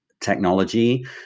technology